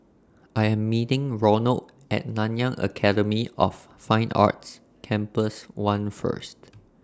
I Am meeting Ronald At Nanyang Academy of Fine Arts Campus one First